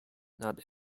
not